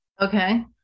Okay